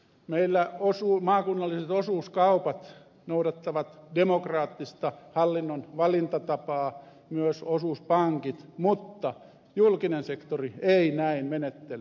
meillä maakunnalliset osuuskaupat noudattavat demokraattista hallinnon valintatapaa myös osuuspankit mutta julkinen sektori ei näin menettele